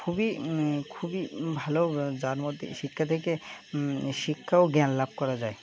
খুবই খুবই ভালো যার মধ্যে শিক্ষা থেকে শিক্ষা ও জ্ঞান লাভ করা যায়